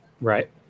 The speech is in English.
Right